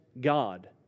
God